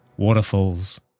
waterfalls